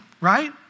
Right